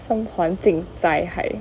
some 环境灾害